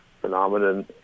phenomenon